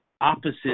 opposite